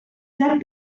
set